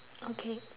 okay